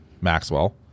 Maxwell